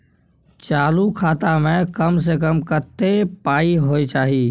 चालू खाता में कम से कम कत्ते पाई होय चाही?